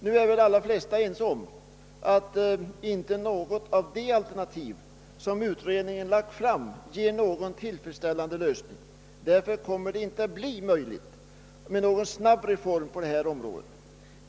Nu är väl de allra flesta ense om, att inte något av de alternativ som utredningen lagt fram ger någon tillfredsställande lösning. Därför kommer det inte att bli möjligt att genomföra en snabb reform på det här området.